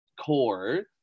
core